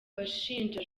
bashinja